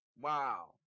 Wow